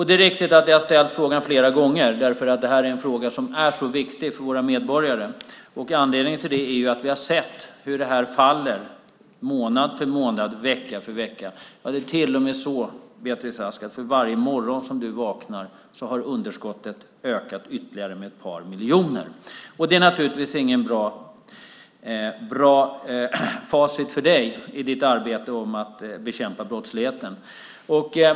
Det är riktigt att jag flera gånger har frågat om detta, men frågan är så viktig för våra medborgare. Vi har ju sett hur det här faller månad för månad och vecka för vecka. Det är till och med så, Beatrice Ask, att varje morgon du vaknar har underskottet ökat med ytterligare ett par miljoner. Det är naturligtvis inget bra facit för dig i ditt arbete med att bekämpa brottsligheten.